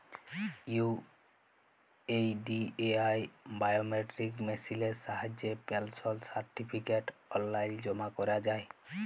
UIDAI biometric মেসিলের সাহায্যে pension certificate অললাইল জমা ক্যরা যায়